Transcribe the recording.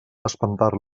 espantar